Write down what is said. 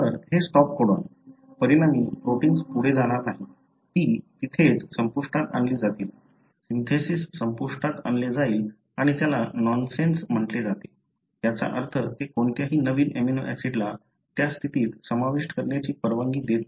तर हे stop codon परिणामी प्रोटिन्स पुढे जाणार नाहीत ती तिथेच संपुष्टात आणली जातील सिन्थेसिस संपुष्टात आणले जाईल आणि त्याला नॉनसेन्स म्हटले जाते याचा अर्थ ते कोणत्याही नवीन अमिनो ऍसिडला त्या स्थितीत समाविष्ट करण्याची परवानगी देत नाही